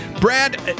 Brad